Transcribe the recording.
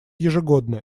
ежегодно